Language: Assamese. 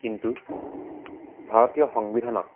কিন্তু ভাৰতীয় সংবিধানত